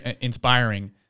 inspiring